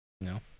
No